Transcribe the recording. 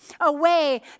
away